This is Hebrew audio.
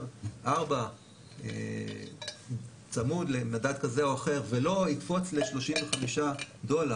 4 צמוד למדד כזה או אחר ולא יקפוץ ל-35 דולר.